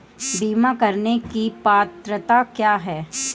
बीमा करने की पात्रता क्या है?